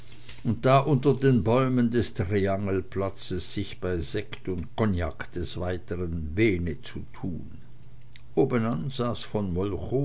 da unter den bäumen des triangelplatzes sich bei sekt und cognac des weiteren bene zu tun obenan saß von